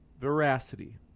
veracity